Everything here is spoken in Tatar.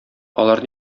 алар